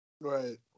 Right